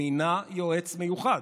ושר האוצר של מדינת ישראל נעלם.